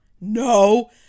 no